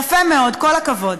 יפה מאוד, כל הכבוד.